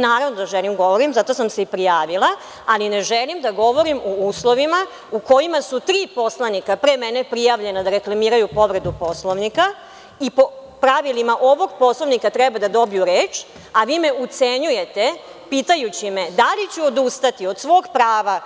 Naravno da želim da govorim, zato sam se i prijavila, ali ne želim da govorim u uslovima u kojima su tri poslanika pre mene prijavljena da reklamiraju povredu Poslovnika, i po pravilima ovog Poslovnika treba da dobiju reč, a vi me ucenjujete pitajući me da li ću odustati od svog prava